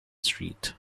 street